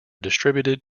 distributed